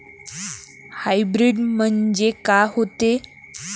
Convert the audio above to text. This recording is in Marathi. हाइब्रीड म्हनजे का होते?